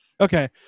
Okay